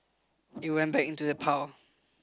it went back into the pile